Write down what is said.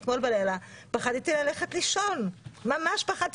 פחדתי ללכת לישון אתמול בלילה,